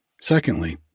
Secondly